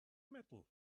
metal